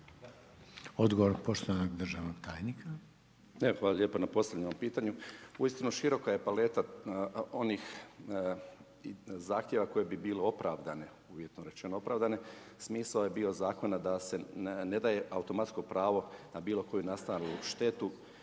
Odgovor poštovanog državnog tajnika. **Zrinušić, Zdravko** Hvala lijepa na postavljenom pitanju. Uistinu široka je paleta onih zahtjeva koje bi bili opravdane, uvjetno rečeno opravdane, smisao je bio zakona da se ne daje automatsko pravo na bilo koju nastajalu štetu